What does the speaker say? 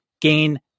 gain